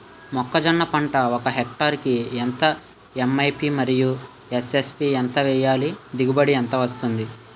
మొక్కజొన్న పంట ఒక హెక్టార్ కి ఎంత ఎం.ఓ.పి మరియు ఎస్.ఎస్.పి ఎంత వేయాలి? దిగుబడి ఎంత వస్తుంది?